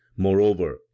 Moreover